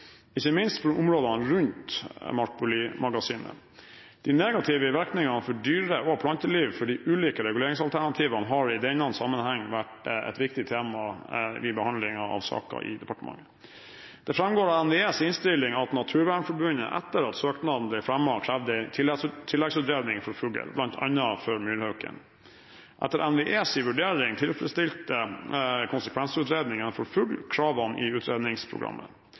ikke minst for områdene rundt Markbuli-magasinet. De negative virkningene for dyre- og planteliv for de ulike reguleringsalternativene har i denne sammenhengen vært et viktig tema i behandlingen av saken i departementet. Det framgår av NVEs innstilling at Naturvernforbundet, etter at søknaden ble fremmet, krevde en tilleggsutredning for fugl, bl.a. for myrhauken. Etter NVEs vurdering tilfredsstilte konsekvensutredningen for fugl kravene i utredningsprogrammet.